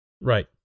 right